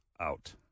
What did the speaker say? out